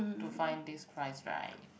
to find this price right